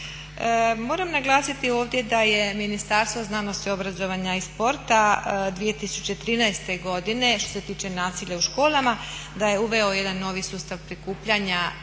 Moram naglasiti ovdje da je Ministarstvo znanosti, obrazovanja i sporta 2013. godine što se tiče nasilja u školama da je uveo jedan novi sustav prikupljanja